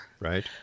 Right